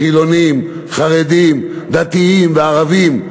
חילונים, חרדים, דתיים וערבים.